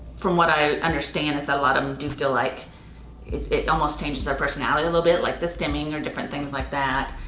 from what i understand is that a lot of them do you feel like it it almost changes their personality a little bit, like the stimming or different things like that.